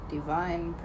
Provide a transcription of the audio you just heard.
Divine